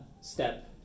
step